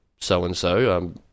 So-and-so